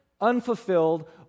unfulfilled